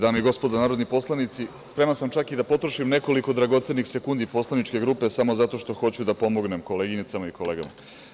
Dame i gospodo narodni poslanici, spreman sam čak i da potrošim nekoliko dragocenih sekundi poslaničke grupe samo zato što hoću da pomognem koleginicama i kolegama.